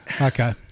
Okay